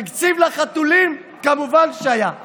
תקציב לחתולים, כמובן שהיה.